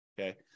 okay